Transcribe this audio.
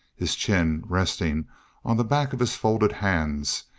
his chin resting on the back of his folded hands,